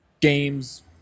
games